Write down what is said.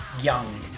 young